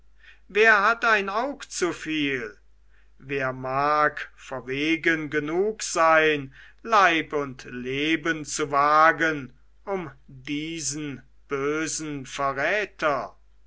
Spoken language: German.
wer hat ein auge zu viel wer mag verwegen genug sein leib und leben zu wagen um diesen bösen verräter